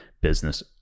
business